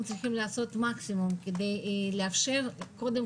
אנחנו צריכים לעשות את המקסימום כדי לאפשר קודם